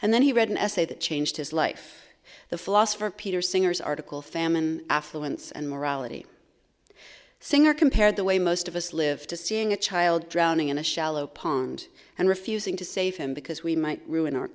and then he read an essay that changed his life the philosopher peter singer's article famine affluence and morality singer compared the way most of us live to seeing a child drowning in a shallow pond and refusing to save him because we might ruin our